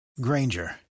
Granger